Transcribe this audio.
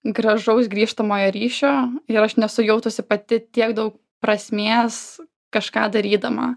gražaus grįžtamojo ryšio ir aš nesu jautusi pati tiek daug prasmės kažką darydama